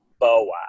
Boa